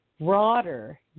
broader